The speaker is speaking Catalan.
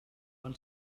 van